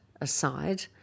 aside